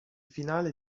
finale